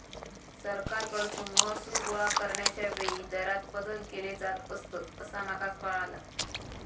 सरकारकडसून महसूल गोळा करण्याच्या वेळी दरांत बदल केले जात असतंत, असा माका कळाला